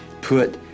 put